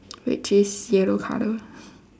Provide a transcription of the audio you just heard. which is yellow colour